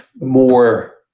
more